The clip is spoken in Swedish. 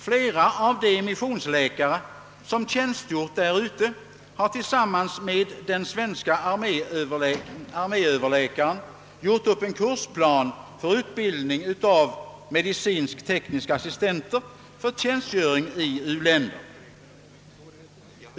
Flera av de missionsläkare som tjänstgjort därute har tillsammans med den svenske arméöverläkaren gjort upp en kursplan för utbildning av medicinskt-tekniska assistenter för tjänstgöring i uländerna.